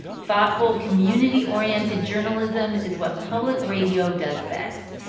thoughtful, community-oriented journalism is what public radio does best.